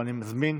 ואני מזמין